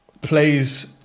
plays